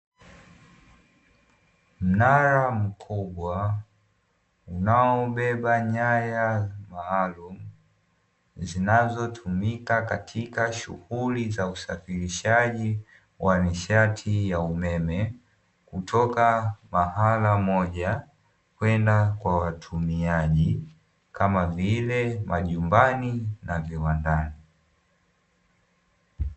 Mnara mkubwa unaobeba nyaya maalumu, zinazotumika katika shughuli za usafirishaji wa nishati ya umeme kutoka mahala moja kwenda kwa watumiaji kama vile majumbani na viwandani.